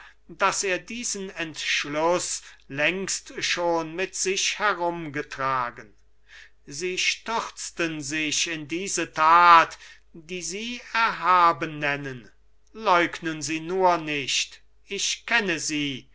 marquis er oder ich königin nein nein sie stürzten sich in diese tat die sie erhaben nennen leugnen sie nur nicht ich kenne sie